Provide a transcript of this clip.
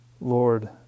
Lord